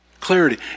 Clarity